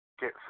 Get